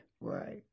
Right